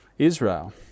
Israel